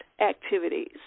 activities